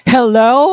Hello